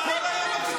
מי אמר שלא?